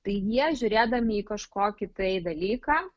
tai jie žiūrėdami į kažkokį tai dalyką